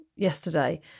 Yesterday